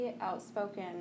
outspoken